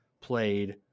played